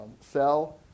cell